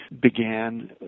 began